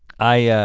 i